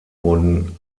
wurden